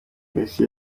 polisi